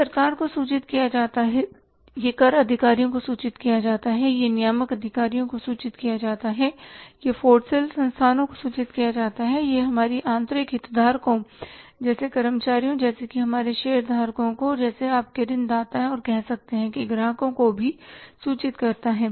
यह सरकार को सूचित किया जाता है यह कर अधिकारियों को सूचित किया जाता है यह नियामक अधिकारियों को सूचित किया जाता है यह फ़ोरसेल संस्थानों को सूचित किया जाता है यह हमारे आंतरिक हितधारकों जैसे कर्मचारियों जैसे कि हमारे शेयरधारकों को जैसे आपके ऋण दाता और कह सकते हैं कि ग्राहकों को सूचित करता है